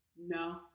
No